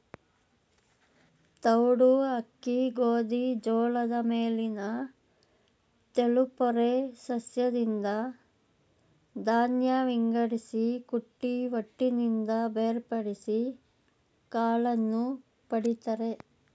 ತೌಡು ಅಕ್ಕಿ ಗೋಧಿ ಜೋಳದ ಮೇಲಿನ ತೆಳುಪೊರೆ ಸಸ್ಯದಿಂದ ಧಾನ್ಯ ವಿಂಗಡಿಸಿ ಕುಟ್ಟಿ ಹೊಟ್ಟಿನಿಂದ ಬೇರ್ಪಡಿಸಿ ಕಾಳನ್ನು ಪಡಿತರೆ